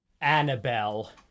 Annabelle